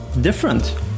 different